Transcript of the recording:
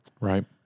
Right